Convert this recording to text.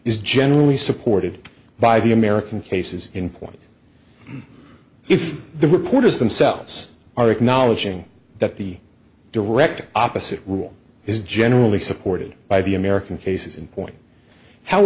is generally supported by the american cases in point if the reporters themselves are acknowledging that the direct opposite rule is generally supported by the american cases in point how